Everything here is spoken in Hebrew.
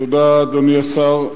תודה, אדוני השר.